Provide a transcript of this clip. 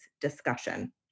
discussion